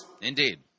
Indeed